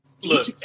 Look